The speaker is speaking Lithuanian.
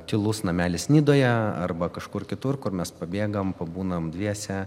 tylus namelis nidoje arba kažkur kitur kur mes pabėgam pabūnam dviese